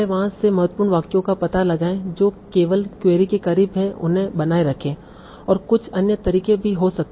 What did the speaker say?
तो पहले वहां से महत्वपूर्ण वाक्यों का पता लगाएं जो केवल क्वेरी के करीब हैं उन्हें बनाए रखें और कुछ अन्य तरीके भी हो सकते हैं